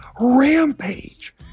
Rampage